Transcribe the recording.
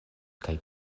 kaj